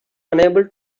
unable